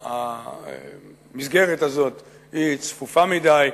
שהמסגרת הזאת צפופה מדי,